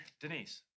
Denise